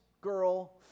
girl